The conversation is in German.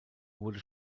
wurde